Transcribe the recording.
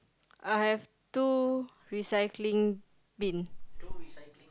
I have two recycling bin